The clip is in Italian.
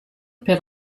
per